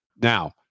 Now